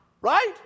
Right